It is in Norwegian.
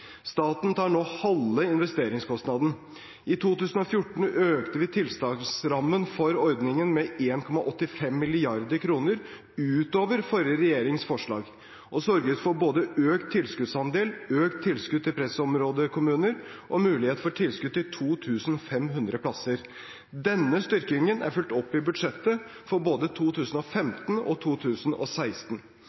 Staten tar nå halve investeringskostnaden. I 2014 økte vi tilsagnsrammen for ordningen med 1,85 mrd. kr utover forrige regjerings forslag og sørget for både økt tilskuddsandel, økt tilskudd til pressområdekommuner og mulighet for tilskudd til 2 500 plasser. Denne styrkingen er fulgt opp i budsjettene for både 2015 og 2016.